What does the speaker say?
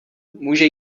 může